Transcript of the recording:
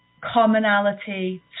commonality